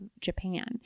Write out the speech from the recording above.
Japan